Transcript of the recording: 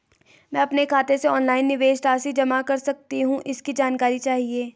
मैं अपने खाते से ऑनलाइन निवेश राशि जमा कर सकती हूँ इसकी जानकारी चाहिए?